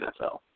NFL